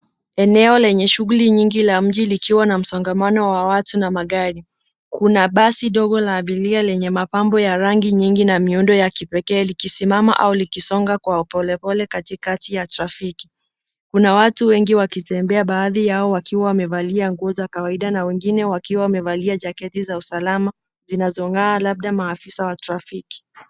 Eneo lenye shughuli nyingi la mji likiwa na msongamano wa watu na magari, kuna basi dogo la abiria lenye mapambo ya rangi nyingi na miundo ya kipekee likisimama au likisonga kwa upolepole katikati ya trafiki ,kuna watu wengi wakitembea baadhi yao wakiwa wamevalia nguo za kawaida na wengine wakiwa wamevalia jaketi za usalama zinazong'aa labda maafisa wa trafiki.